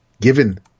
given